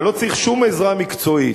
אני לא צריך שום עזרה מקצועית.